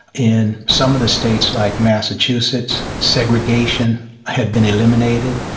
in some of the states, like massachusetts, segregation had been eliminated,